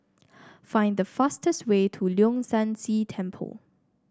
find the fastest way to Leong San See Temple